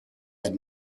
had